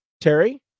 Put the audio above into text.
Terry